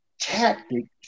tactics